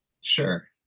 Sure